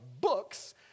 books